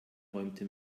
räumte